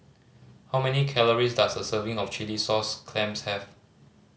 how many calories does a serving of chilli sauce clams have